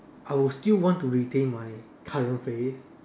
I'll still want to retain my current face